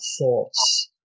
thoughts